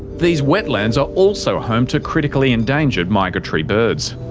these wetlands are also home to critically endangered migratory birds.